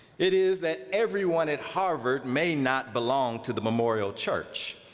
it is that everyone at harvard may not belong to the memorial church,